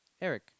Eric